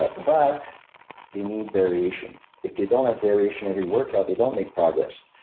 ah but they need variation. if they don't have variation every workout, they don't make progress.